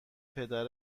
پدر